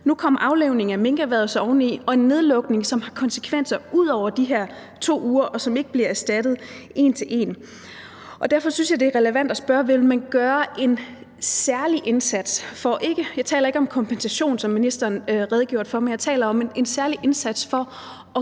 nu kom aflivningen af minkerhvervet så oven i en nedlukning, som har konsekvenser ud over de her 2 uger, og hvor man ikke bliver erstattet en til en. Derfor synes jeg, det er relevant at spørge: Vil man gøre en særlig indsats – og jeg taler ikke om kompensation, som ministeren har redegjort for, men jeg taler om en særlig indsats – for at